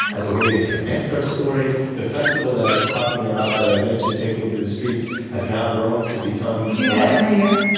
as a way to connect our stories. the festival that i'm talking about that i mentioned, takin' it to the streets, has now grown to become, you do that every year?